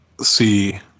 see